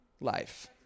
life